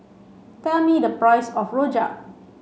tell me the price of Rojak